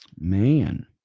Man